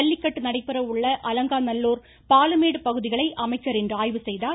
ஜல்லிக்கட்டு நடைபெறஉள்ள அலங்காநல்லூர் பாலமேடு பகுதிகளை அமைச்சர் இன்று ஆய்வுசெய்தார்